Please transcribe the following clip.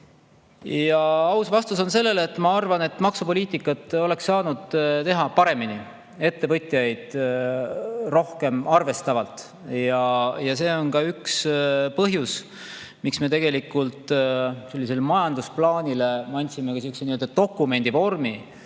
Aus vastus on sellele, et ma arvan, et maksupoliitikat oleks saanud teha paremini, ettevõtjaid rohkem arvestavalt. See on ka üks põhjus, miks me andsime sellele majandusplaanile sihukese dokumendi vormi,